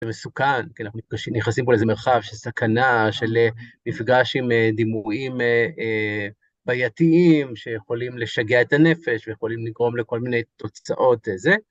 זה מסוכן, כי אנחנו נכנסים פה לאיזה מרחב של סכנה, של מפגש עם דימויים בעייתיים, שיכולים לשגע את הנפש, ויכולים לגרום לכל מיני תוצאות. זה.